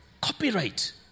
Copyright